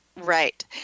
Right